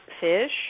fish